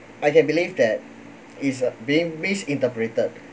I can believe that it's uh being misinterpreted